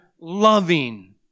loving